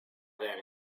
them